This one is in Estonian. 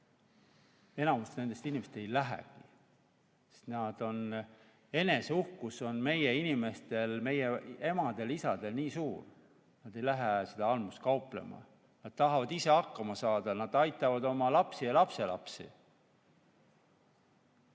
Enamik nendest inimestest ei lähegi, sest eneseuhkus on meie inimestel, meie emadel-isadel nii suur, et nad ei lähe almust kauplema, nad tahavad ise hakkama saada ning nad aitavad oma lapsi ja lapselapsigi.